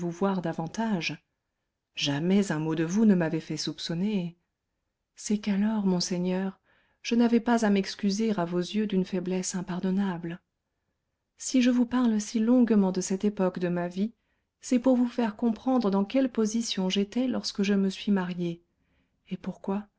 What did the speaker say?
voir davantage jamais un mot de vous ne m'avait fait soupçonner c'est qu'alors monseigneur je n'avais pas à m'excuser à vos yeux d'une faiblesse impardonnable si je vous parle si longuement de cette époque de ma vie c'est pour vous faire comprendre dans quelle position j'étais lorsque je me suis mariée et pourquoi